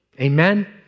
Amen